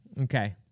Okay